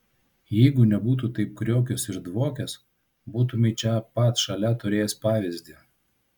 jeigu nebūtų taip kriokęs ir dvokęs būtumei čia pat šalia turėjęs pavyzdį